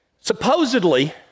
Supposedly